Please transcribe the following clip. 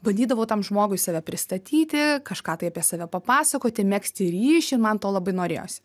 bandydavau tam žmogui save pristatyti kažką tai apie save papasakoti megzti ryšį man to labai norėjosi